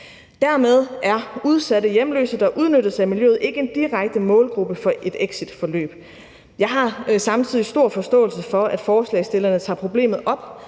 Dermed er udsatte hjemløse, der udnyttes af miljøet, ikke en direkte målgruppe for et exitforløb. Jeg har samtidig stor forståelse for, at forslagsstillerne tager problemet op,